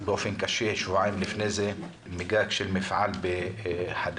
קשות שבועיים לפני כן לאחר שנפל מגג של מפעל בחדרה.